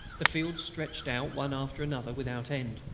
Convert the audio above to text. the fields stretched out one after another without end,